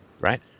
right